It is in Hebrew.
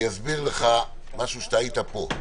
אני אסביר לך משהו שנאמר כשהיית פה.